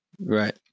Right